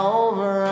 over